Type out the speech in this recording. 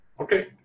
okay